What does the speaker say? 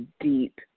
deep